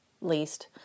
least